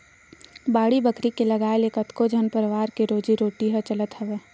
बाड़ी बखरी के लगाए ले कतको झन परवार के रोजी रोटी ह चलत हवय